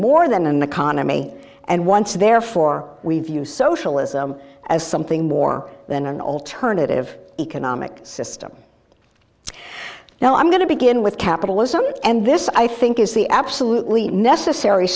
more than an economy and once therefore we view socialism as something more than an alternative economic system now i'm going to begin with capitalism and this i think is the absolutely necessary